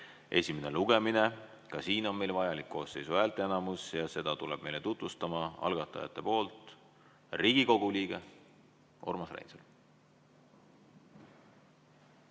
esimene lugemine. Ka siin on vajalik koosseisu häälteenamus. Seda [eelnõu] tuleb meile tutvustama algatajate poolt Riigikogu liige Urmas Reinsalu.